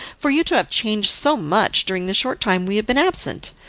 for you to have changed so much during the short time we have been absent.